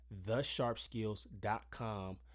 thesharpskills.com